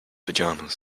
pajamas